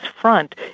front